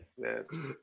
yes